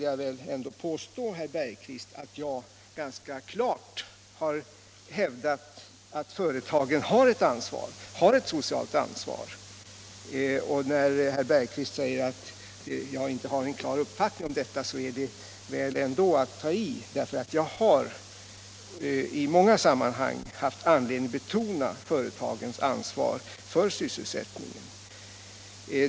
Jag vill påstå, herr Bergqvist, att jag ganska klart har hävdat att företagen har ett socialt ansvar. När herr Bergqvist säger att jag inte har en klar uppfattning om detta är det väl ändå att ta i. Jag har i många sammanhang haft anledning att betona företagens ansvar för sysselsättningen.